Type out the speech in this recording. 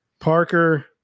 Parker